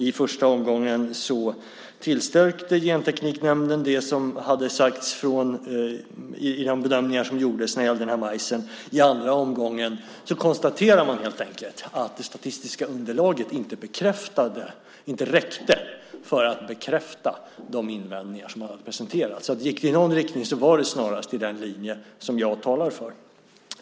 I första omgången tillstyrkte Gentekniknämnden det som hade sagts i de bedömningar som gjordes om den här majsen. I andra omgången konstaterade man helt enkelt att det statistiska underlaget inte räckte för att bekräfta de invändningar som hade presenterats. Gick vi i någon riktning var det snarast i den linje som jag talar för.